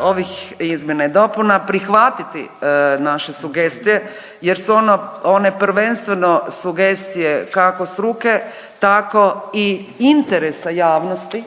ovih izmjena i dopuna prihvatiti naše sugestije jer su one prvenstveno sugestije kako struke tako i interesa javnosti